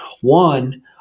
One